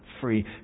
free